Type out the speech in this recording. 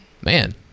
Man